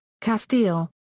Castile